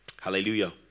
Hallelujah